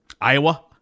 Iowa